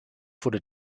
wurde